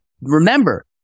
Remember